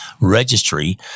registry